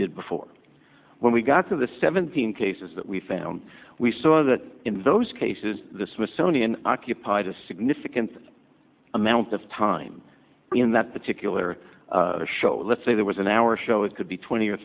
did before when we got to the seventeen cases that we found we saw that in both cases the smithsonian occupied a significant amount of time in that particular show let's say there was an hour show it could be twenty or